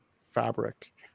fabric